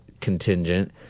contingent